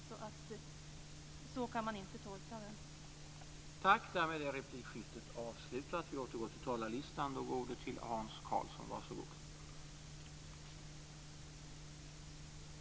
Man kan alltså inte göra den tolkning som Göran Lennmarker gör.